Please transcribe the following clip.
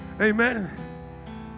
Amen